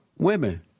Women